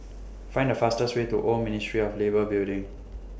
Find The fastest Way to Old Ministry of Labour Building